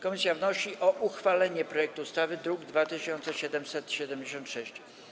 Komisja wnosi o uchwalenie projektu ustawy, druk nr 2776.